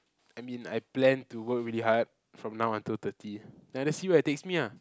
I mean like I plan to work really hard from now until thirty then see where it takes me lah